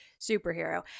superhero